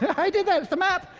yeah i did that to the map.